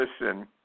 listen